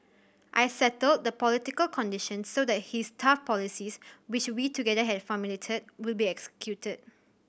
I settled the political conditions so that his tough policies which we together had formulated would be executed